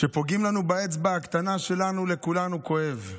כשפוגעים לנו באצבע הקטנה שלנו, לכולנו כואב.